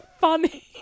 funny